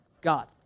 God